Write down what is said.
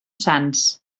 sans